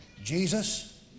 Jesus